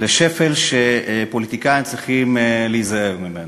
לשפל שפוליטיקאים צריכים להיזהר ממנו.